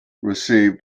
received